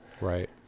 Right